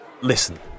listen